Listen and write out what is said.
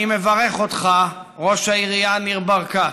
אני מברך אותך, ראש העירייה ניר ברקת,